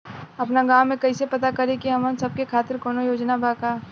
आपन गाँव म कइसे पता करि की हमन सब के खातिर कौनो योजना बा का?